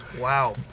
Wow